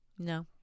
No